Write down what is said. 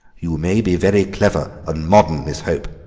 you may be very clever and modern, miss hope,